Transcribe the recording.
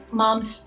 moms